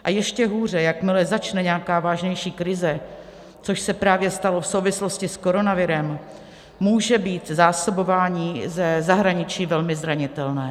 A ještě hůře, jakmile začne nějaká vážnější krize, což se právě stalo v souvislosti s koronavirem, může být zásobování ze zahraničí velmi zranitelné.